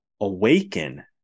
awaken